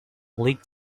league